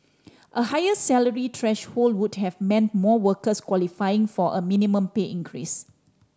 a higher salary threshold would have meant more workers qualifying for a minimum pay increase